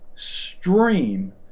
Stream